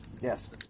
Yes